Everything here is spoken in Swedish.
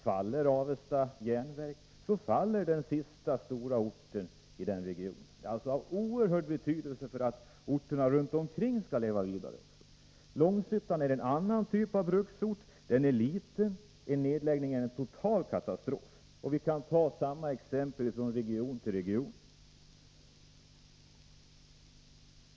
Faller Avesta Jernverk, så faller den sista stora orten i den regionen. Avesta är alltså av oerhört stor betydelse för att också orterna runt omkring skall leva vidare. Långshyttan är en annan typ av bruksort. Det är en liten ort, och där innebär en nedläggning en total katastrof. Man kan ta liknande exempel från region efter region.